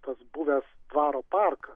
tas buvęs dvaro parkas